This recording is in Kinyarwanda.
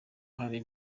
hari